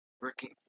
working